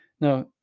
Now